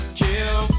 kill